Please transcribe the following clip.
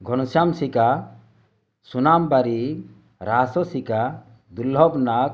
ଘନଶ୍ୟାମ ସିକା ସୁନାମ ବାରି ରାଶ ସିକା ଦୁର୍ଲଭ ନାଥ